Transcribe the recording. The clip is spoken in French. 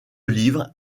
livres